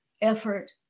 effort